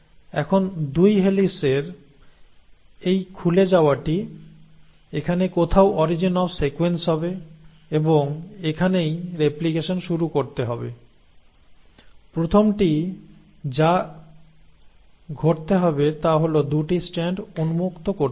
এখন 2 হেলিসের এই খুলে যাওয়াটি এখানে কোথাও অরিজিন অফ রেপ্লিকেশন হবে এবং এখানেই রেপ্লিকেশন শুরু করতে হবে প্রথমটি যা ঘটতে হবে তা হল 2 টি স্ট্র্যান্ড উন্মুক্ত করতে হবে